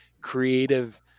creative